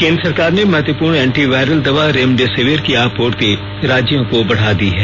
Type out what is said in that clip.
केंद्र सरकार ने महत्वपूर्ण एंटी वायरल दवा रेमडेसिविर की आपूर्ति राज्यों को बढा दी है